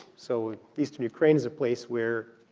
so eastern ukraine's a place where